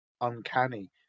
uncanny